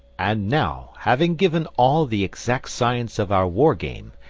and now, having given all the exact science of our war game,